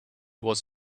was